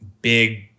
Big